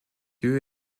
lieu